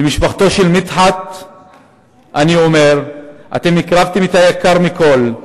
למשפחתו של מדחת אני אומר: אתם הקרבתם את היקר מכול.